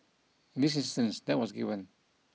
in this instance that was given